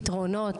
פתרונות,